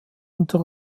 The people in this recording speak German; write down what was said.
unter